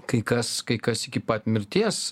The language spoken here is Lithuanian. kai kas kai kas iki pat mirties